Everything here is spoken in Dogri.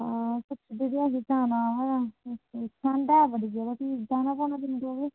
हां भी जाना पौना